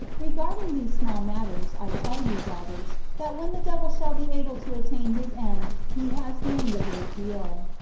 regarding these small matters, i tell you, daughters, that when the devil shall be able to attain his end, he has gained a great deal.